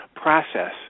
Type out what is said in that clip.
process